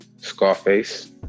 Scarface